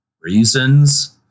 reasons